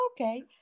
okay